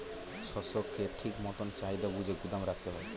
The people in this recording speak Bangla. শস্যকে ঠিক মতন চাহিদা বুঝে গুদাম রাখতে হয়